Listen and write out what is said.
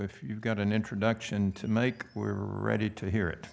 if you've got an introduction to make we're ready to hear it